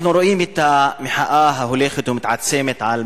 אנחנו רואים את המחאה ההולכת ומתעצמת בעניין